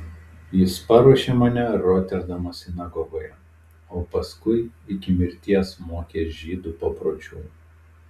jis paruošė mane roterdamo sinagogoje o paskui iki mirties mokė žydų papročių